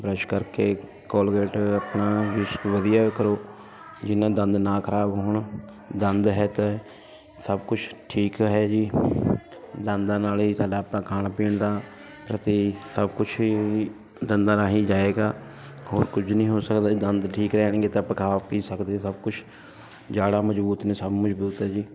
brush ਕਰਕੇ Colgate ਆਪਣਾ ਵਿਸ਼ ਵਧੀਆ ਕਰੋ ਜਿਨ ਨਾਲ਼ ਦੰਦ ਨਾ ਖਰਾਬ ਹੋਣ ਦੰਦ ਹੈ ਤੇ ਸਭ ਕੁਛ ਠੀਕ ਹੈ ਜੀ ਦੰਦਾਂ ਨਾਲ਼ ਹੀ ਸਾਡਾ ਆਪਣਾ ਖਾਣ ਪੀਣ ਦਾ ਪ੍ਰਤੀ ਸਭ ਕੁਛ ਈ ਦੰਦਾਂ ਰਾਹੀਂ ਜਾਏਗਾ ਹੋਰ ਕੁਝ ਨੀ ਹੋ ਸਕਦਾ ਜੇ ਦੰਦ ਠੀਕ ਰਹਿਣਗੇ ਤਾਂ ਆਪਾਂ ਖਾ ਪੀ ਸਕਦੇ ਸਭ ਕੁਛ ਜਾੜ੍ਹਾਂ ਮਜ਼ਬੂਤ ਨੇ ਸਭ ਮਜ਼ਬੂਤ ਹੈ ਜੀ